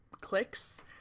clicks